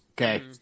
Okay